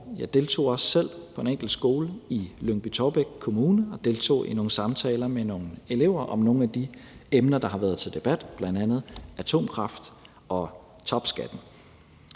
Jeg deltog også selv på en enkelt skole i Lyngby-Taarbæk Kommune og deltog i en samtale med nogle elever om nogle af de emner, der har været til debat, bl.a. atomkraft og topskat.